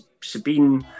Sabine